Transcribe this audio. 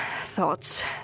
Thoughts